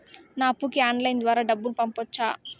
నా అప్పుకి ఆన్లైన్ ద్వారా డబ్బును పంపొచ్చా